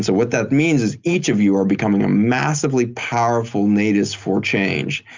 so what that means is each of you are becoming a massively powerful nidus for change.